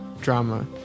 drama